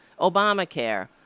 Obamacare